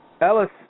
Ellis –